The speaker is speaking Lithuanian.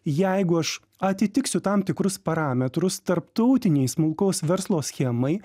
jeigu aš atitiksiu tam tikrus parametrus tarptautinei smulkaus verslo schemai